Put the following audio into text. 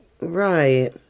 right